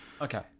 Okay